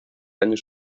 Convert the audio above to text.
años